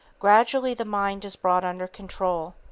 gradually the mind is brought under control.